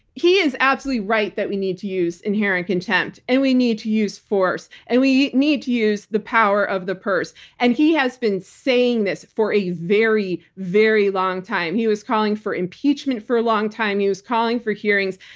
he is absolutely right that we need to use inherent contempt. and we need to use force. and we need to use the power of the purse. and he has been saying this for a very, very long time. he was calling for impeachment for a long time. he was calling for hearings.